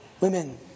Women